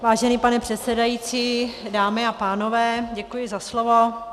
Vážený pane předsedající, dámy a pánové, děkuji za slovo.